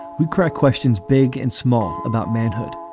we crack questions big and small about manhood